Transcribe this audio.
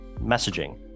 messaging